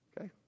Okay